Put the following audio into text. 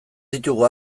ditugu